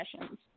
sessions